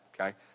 okay